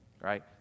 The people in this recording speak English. right